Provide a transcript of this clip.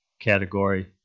category